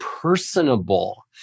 personable